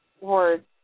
words